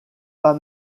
pas